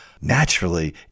naturally